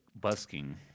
Busking